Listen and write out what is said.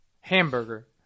Hamburger